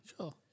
Sure